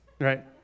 Right